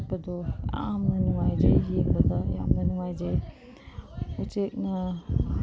ꯆꯠꯄꯗꯣ ꯌꯥꯝꯅ ꯅꯨꯡꯉꯥꯏꯖꯩ ꯌꯦꯡꯕꯗ ꯌꯥꯝꯅ ꯅꯨꯡꯉꯥꯏꯖꯩ ꯎꯆꯦꯛꯅ